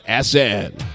SN